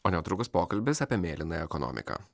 o netrukus pokalbis apie mėlynąją ekonomiką